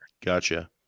gotcha